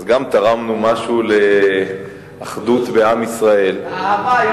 אז גם תרמנו משהו לאחדות בעם ישראל, לאהבה.